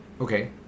Okay